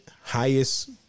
highest